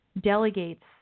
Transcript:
delegates